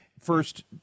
First